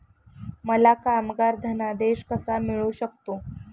मला कामगार धनादेश कसा मिळू शकतो?